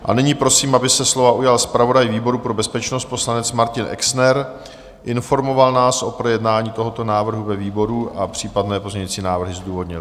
A nyní prosím, aby se slova ujal zpravodaj výboru pro bezpečnost, poslanec Martin Exner, informoval nás o projednání tohoto návrhu ve výboru a případné pozměňovací návrhy zdůvodnil.